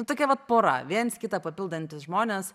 tokia vat pora viens kitą papildantys žmonės